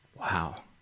Wow